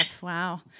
Wow